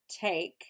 take